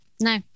no